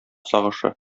сагышы